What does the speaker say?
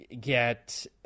get